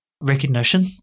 recognition